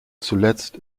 zuletzt